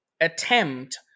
attempt